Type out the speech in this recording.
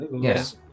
Yes